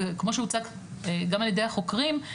כמו שהוצג גם על ידי החוקרים,